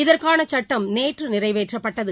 இதற்கான சட்டம் நேற்று நிறைவேற்றப்பட்டது